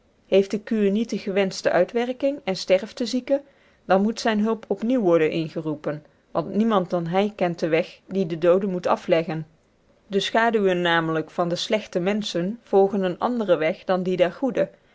heeft de kuur niet de gewenschte uitwerking en sterft de zieke dan moet zijne hulp opnieuw worden ingeroepen want niemand dan hij kent den weg dien de doode moet afleggen de schaduwen namelijk van de slechte menschen volgen eenen anderen weg dan die der goeden